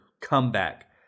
comeback